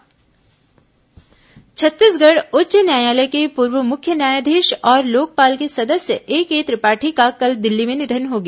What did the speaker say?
justice निधन छत्तीसगढ़ उच्च न्यायालय के पूर्व मुख्य न्यायाधीश और लोकपाल के सदस्य एके त्रिपाठी का कल दिल्ली में निधन हो गया